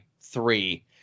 three